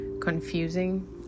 confusing